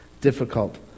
difficult